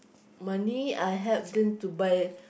money I help them to buy